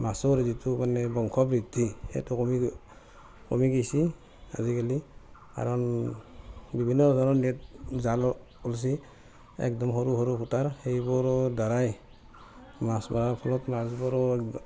মাছৰ যিটো মানে বংশ বৃদ্ধি সেইটো কমি কমি গৈছে আজিকালি কাৰণ বিভিন্ন ধৰণৰ নেট জাল ওলাইছে একদম সৰু সৰু সূতাৰ সেইবোৰৰ দ্বাৰাই মাছ মৰাৰ ফলত মাছবোৰো